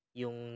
yung